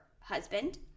husband